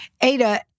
Ada